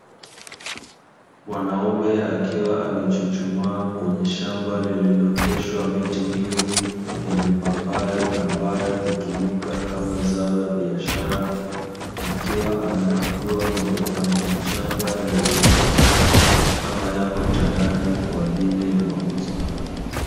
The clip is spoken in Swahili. Mwanaume akiwa amechuchumaa kwenye shamba lililooteshwa miti mingi ya mipapai, ambayo hutumika kama zao la biashara, akiwa anakagua mapapai machanga yaliyoota, kama yako tayari kwa ajili ya mauzo.